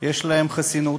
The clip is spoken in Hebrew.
יש להם חסינות.